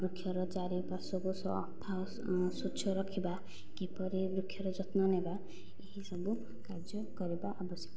ବୃକ୍ଷର ଚାରି ପାର୍ଶ୍ୱକୁ ସଫା ଆଉ ସ୍ୱଚ୍ଛ ରଖିବା କିପରି ବୃକ୍ଷର ଯତ୍ନ ନେବା ଏହି ସବୁ କାର୍ଯ୍ୟ କରିବା ଆବଶ୍ୟକ